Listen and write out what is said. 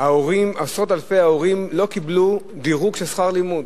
עשרות אלפי ההורים לא קיבלו דירוג של שכר לימוד,